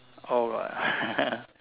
all a